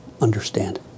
understand